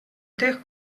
тих